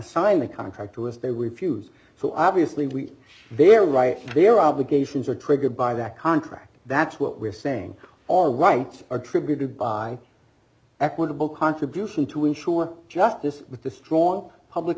assign a contract to if they refuse so obviously we their rights their obligations are triggered by that contract that's what we're saying all rights attributed by equitable contribution to ensure justice with the strong public